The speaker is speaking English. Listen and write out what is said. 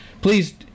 please